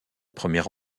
première